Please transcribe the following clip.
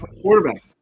Quarterback